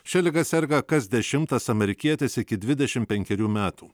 šia liga serga kas dešimtas amerikietis iki dvidešim penkerių metų